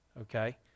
okay